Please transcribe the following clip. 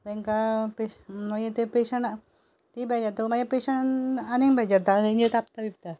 तांकां मागीर ते पेशंट ती बेजारतगू मागीर पेशंट आनीक बेजारता तांचेर तापता बिपता